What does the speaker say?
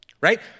right